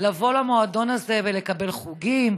לבוא למועדון הזה ולקבל חוגים,